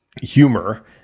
humor